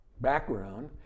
background